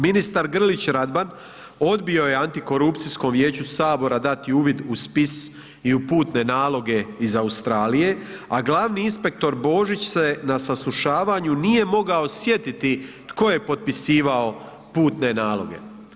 Ministar Grlić Radman odbio je Antikorupcijskom vijeću Sabora dati uvid u spis i u putne naloge iz Australije, a glavni inspektor Božić se na saslušavanju nije mogao sjetiti tko je potpisivao putne naloge.